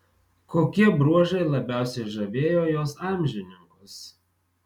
kokie bruožai labiausiai žavėjo jos amžininkus